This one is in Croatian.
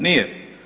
Nije.